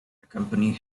company